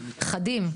חדים,